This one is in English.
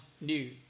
new